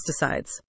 pesticides